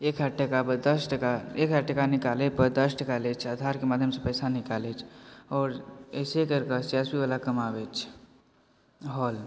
एक हजार टाकापर दस टाका एक हजार टाका निकालयपर दस टाका लैत छै आधारके माध्यमसँ पैसा निकालैत छै आओर ऐसे ही करिके सी एस पी वला कमाबैत छै हॉल